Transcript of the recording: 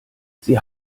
sie